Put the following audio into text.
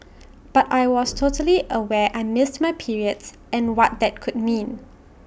but I was totally aware I missed my periods and what that could mean